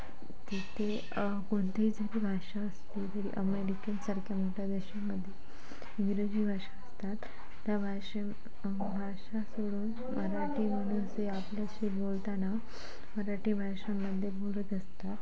तिथे कोणतंही जरी भाषा असली तरी अमेरिकेसारख्या मोठ्या देशामध्ये इंग्रजी भाषा असतात त्या भाषे भाषा सोडून मराठीमधून जे आपल्याशी बोलताना मराठी भाषेमध्ये बोलत असतात